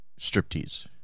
striptease